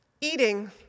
Eating